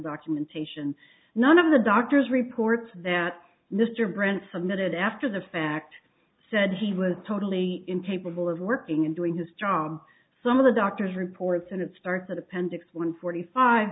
documentation none of the doctors reports that mr brant submitted after the fact said he was totally incapable of working and doing his job some of the doctors reports and it starts at appendix one forty five